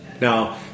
Now